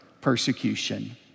persecution